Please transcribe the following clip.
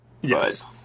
Yes